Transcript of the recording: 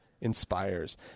inspires